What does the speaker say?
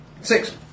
Six